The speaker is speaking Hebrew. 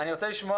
אני רוצה לשמוע